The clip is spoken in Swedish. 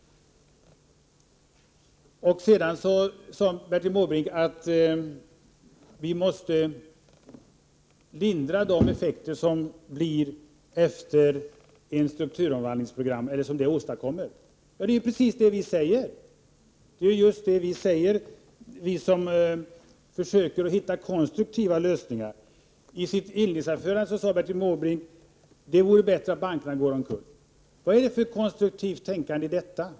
Bertil Måbrink sade att vi måste lindra de effekter som ett strukturomvandlingsprogram åstadkommer. Det är precis det vi som försöker finna konstruktiva lösningar säger. Bertil Måbrink sade i sitt inledningsanförande att det vore bättre om bankerna gick omkull. Vad för slags konstruktivt tänkande finns i detta?